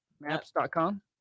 maps.com